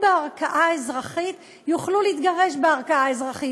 בערכאה אזרחית יוכלו להתגרש בערכאה אזרחית,